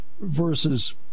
versus –